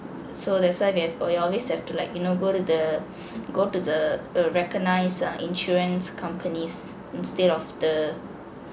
so that's why we have or you always have to like you know go to the go to the a recognised uh insurance companies instead of the